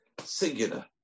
singular